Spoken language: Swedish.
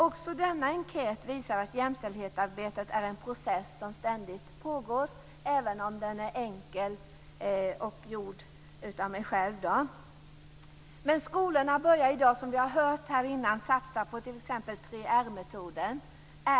Också denna enkät visar att jämställdhetsarbetet är en process som ständigt pågår även om den är enkel och gjord av mig själv. Som vi har hört här innan börjar skolorna i dag att satsa på t.ex. 3R-metoden.